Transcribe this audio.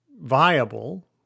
viable